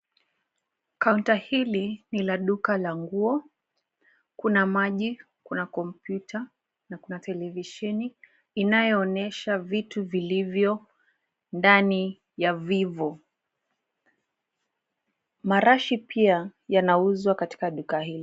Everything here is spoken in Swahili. Kaunta hili ni la duka la nguo. Kuna maji, kuna kompyuta na kuna televisheni inayoonyesha vitu vilivyo ndani ya Vivo. Marashi pia yanauzwa katika duka hili.